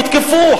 הותקפו.